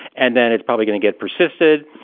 and then it's probably going to get persisted.